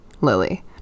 Lily